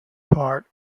part